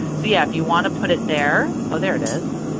so yeah, if you want to put it there ah there it is.